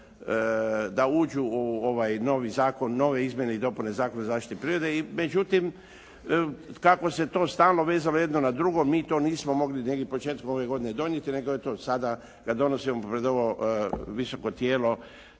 da uđu u ovaj novi zakon, nove izmjene i dopune Zakona o zaštiti prirode. Međutim, tako se to stalno vezalo jedno na drugo mi to nismo mogli negdje početkom ove godine donijeti, nego eto sada ga donosimo pred ovo visoko tijelo